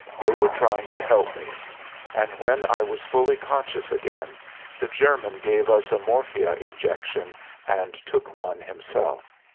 they were trying to help me and when i was fully conscious again the german gave us a morphia injection and took one himself.